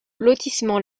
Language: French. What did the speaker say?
lotissement